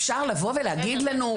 אפשר לבוא ולהגיד לנו,